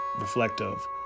reflective